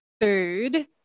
food